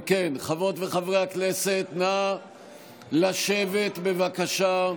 אם כן, חברות וחברי הכנסת, נא לשבת, בבקשה,